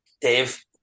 Dave